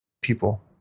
people